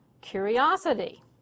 curiosity